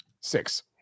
Six